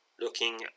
looking